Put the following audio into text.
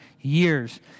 years